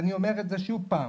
ואני אומר את זה שוב פעם,